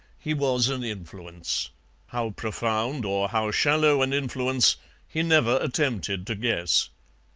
he was an influence how profound or how shallow an influence he never attempted to guess.